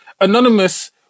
Anonymous